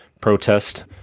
protest